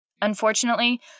Unfortunately